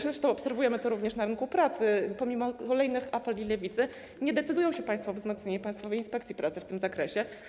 Zresztą obserwujemy to również na rynku pracy: pomimo kolejnych apeli Lewicy nie decydują się państwo na wzmocnienie Państwowej Inspekcji Pracy w tym zakresie.